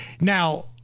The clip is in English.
Now